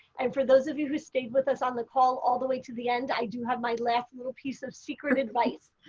and for those of you who stayed with us on the call all the way to the end i do have my last little piece of secret advice.